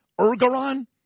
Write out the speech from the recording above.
ergaron